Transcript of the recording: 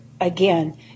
again